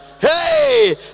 Hey